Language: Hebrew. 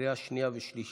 לקריאה שנייה ושלישית.